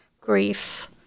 grief